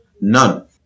None